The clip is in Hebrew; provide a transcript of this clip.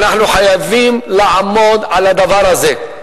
אנחנו חייבים לעמוד על הדבר הזה.